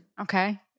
Okay